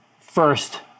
first